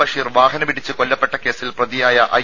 ബഷീർ വാഹനമിടിച്ച് കൊല്ലപ്പെട്ട കേസിൽ പ്രതിയായ ഐ